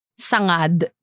sangad